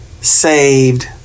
saved